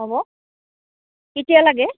হ'ব কেতিয়া লাগে